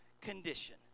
condition